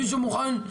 מישהו מוכן?